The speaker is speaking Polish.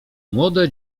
młode